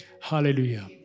Hallelujah